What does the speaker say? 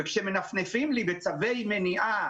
כשמנפנפים לי בצווי מניעה,